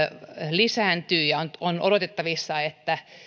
lisääntyvät ja on odotettavissa että